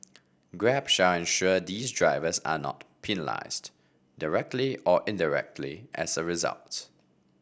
grab shall ensure these drivers are not directly or indirectly as a results